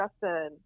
justin